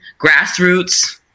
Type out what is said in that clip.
grassroots